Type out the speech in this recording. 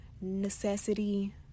necessity